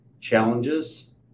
challenges